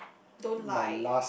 don't lie